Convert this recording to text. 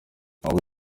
waba